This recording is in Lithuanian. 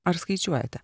ar skaičiuojate